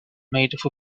made